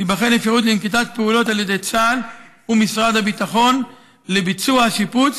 תיבחן אפשרות לנקיטת פעולות על ידי צה"ל ומשרד הביטחון לביצוע השיפוץ,